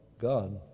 God